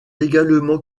également